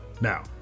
now